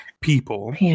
people